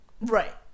right